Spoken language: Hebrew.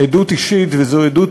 עדות אישית, וזו עדות